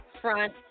front